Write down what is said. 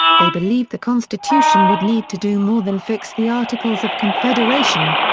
they believed the constitution would need to do more than fix the articles of confederation.